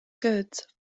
goods